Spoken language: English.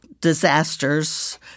disasters